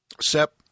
Sep